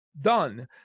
done